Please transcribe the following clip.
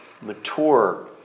mature